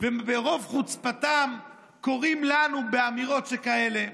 וברוב חוצפתם קוראים לנו באמירות שכאלה,